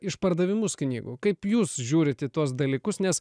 išpardavimus knygų kaip jūs žiūrit į tuos dalykus nes